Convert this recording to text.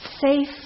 safe